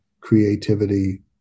creativity